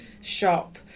shop